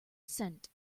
cent